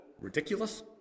ridiculous